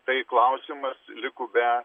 tai klausimas liko be